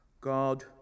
God